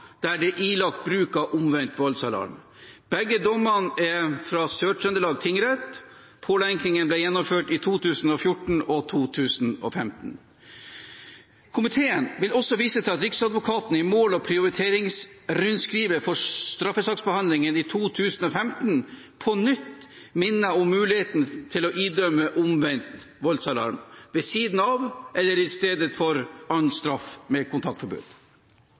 der det er ilagt bruk av omvendt voldsalarm. Begge dommene er fra Sør-Trøndelag tingrett, pålenkingen ble gjennomført i 2014 og 2015. Komiteen vil også vise til at Riksadvokaten i mål- og prioriteringsrundskrivet for straffesaksbehandlingen i 2015 på nytt minnet om muligheten til å idømme omvendt voldsalarm ved siden av eller i stedet for annen straff med kontaktforbud.